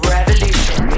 Revolution